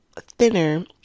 thinner